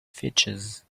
features